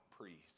priests